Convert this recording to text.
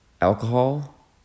alcohol